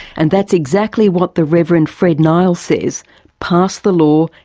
and that's exactly what the reverend fred niles says pass the law,